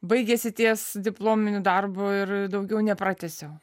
baigėsi ties diplominiu darbu ir daugiau nepratęsiau